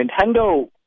Nintendo